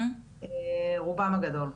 רובם הגדול.